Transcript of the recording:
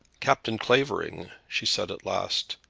captain clavering! she said at last,